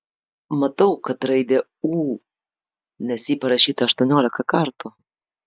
matau kad raidė ū nes ji parašyta aštuoniolika kartų